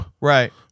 Right